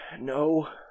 No